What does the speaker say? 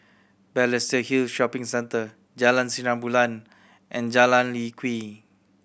Balestier Hill Shopping Centre Jalan Sinar Bulan and Jalan Lye Kwee